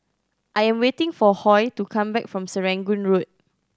I am waiting for Hoy to come back from Serangoon Road